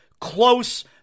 Close